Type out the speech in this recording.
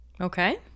Okay